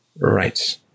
Right